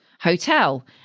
Hotel